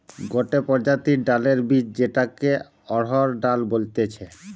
গটে প্রজাতির ডালের বীজ যেটাকে অড়হর ডাল বলতিছে